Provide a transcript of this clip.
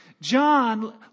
John